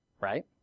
right